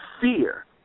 fear